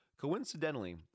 Coincidentally